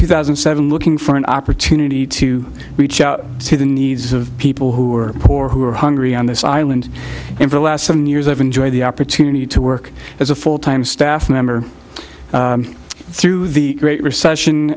two thousand and seven looking for an opportunity to reach out to the needs of people who are poor who are hungry on this island in the last seven years i've enjoyed the opportunity to work as a full time staff member through the great recession